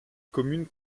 commune